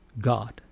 god